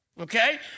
Okay